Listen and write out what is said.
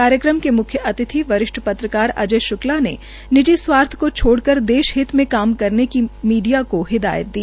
कार्यक्रम के मुख्य अतिथि वरिष्ठ पत्रकार अजय शुक्ला ने निजि स्वार्थ को छोड़कर देशहित में काम करने की मीडिया को हिदायत दी